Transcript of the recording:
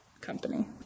company